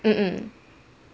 mm mm